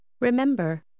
Remember